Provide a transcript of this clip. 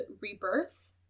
Rebirth